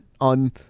on